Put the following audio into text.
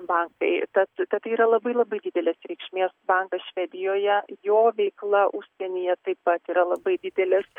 batai tad tad yra labai labai didelės reikšmės bankas švedijoje jo veikla užsienyje taip pat yra labai didelės